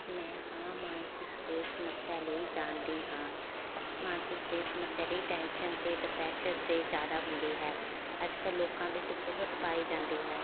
ਮੈਂ ਹਾਂ ਮਾਨਸਿਕ ਸਿਹਤ ਸਮੱਸਿਆ ਲਈ ਜਾਣਦੀ ਹਾਂ ਮਾਨਸਿਕ ਸਿਹਤ ਸਮੱਸਿਆ ਲਈ ਟੈਂਸ਼ਨ ਅਤੇ ਡਿਪਰੈਸ਼ਰ ਦੇ ਜ਼ਿਆਦਾ ਹੁੰਦੀ ਹੈ ਅੱਜਕੱਲ੍ਹ ਲੋਕਾਂ ਵਿੱਚ ਬਹੁਤ ਪਾਈ ਜਾਂਦੀ ਹੈ